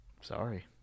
Sorry